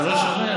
אתה לא שומע.